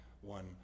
one